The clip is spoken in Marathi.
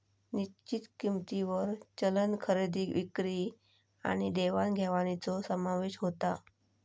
निश्चित किंमतींवर चलन खरेदी विक्री आणि देवाण घेवाणीचो समावेश होता